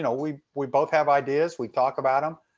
know, we we both have ideas, we talk about them,